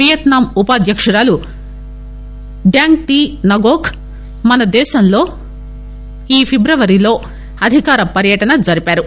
Vietnam ఉపాధ్యకురాలు Dang Thi Ngoc మనదేశంలో ఈ ఫిబ్రవరిలో అధికార పర్యటన జరిపారు